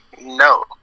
no